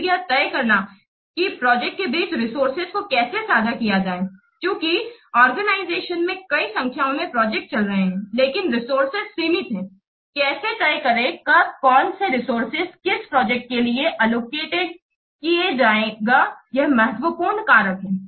फिर यह तय करना कि प्रोजेक्ट के बीच रिसोर्सेज को कैसे साझा किया जाए चूंकि ऑर्गेनाइजेशन मे कई संख्याओं मे प्रोजेक्ट चल रहे हैं लेकिन रिसोर्सेज सीमित हैं कैसे तय करें कब कौन सा रिसोर्सेज किस प्रोजेक्ट के लिए अलोकेटेड किया जाएगा यह एक महत्वपूर्ण कारक है